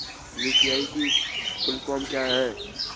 UPI की full form क्या है?